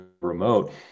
remote